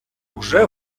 уже